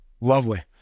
Lovely